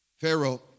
Pharaoh